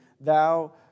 Thou